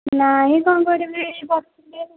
ନାହିଁ କ'ଣ କରିବି ବସି